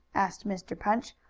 asked mr. punch,